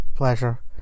pleasure